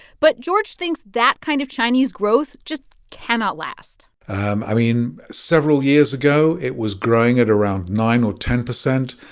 but george thinks that kind of chinese growth just cannot last um i mean, several years ago, it was growing at around nine or ten percent.